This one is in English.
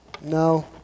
No